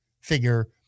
figure